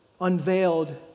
unveiled